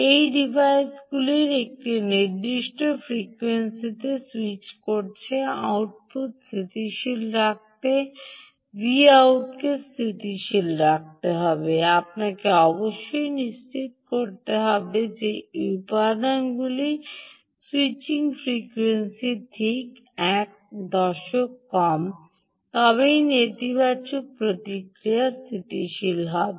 এই ডিভাইসগুলি একটি নির্দিষ্ট ফ্রিকোয়েন্সিতে স্যুইচ করছে আউটপুট স্থিতিশীল রাখতে Voutকে স্থিতিশীল রাখতে হবে আপনাকে অবশ্যই নিশ্চিত করতে হবে যে এই উপাদানগুলির স্যুইচিং ফ্রিকোয়েন্সি ঠিক এক দশক কম তবেই নেতিবাচক প্রতিক্রিয়া স্থিতিশীল হবে